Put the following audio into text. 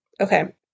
Okay